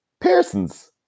Pearsons